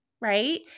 Right